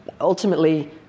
ultimately